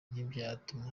ntibyatuma